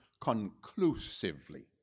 conclusively